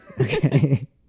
Okay